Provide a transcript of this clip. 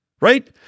right